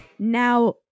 Now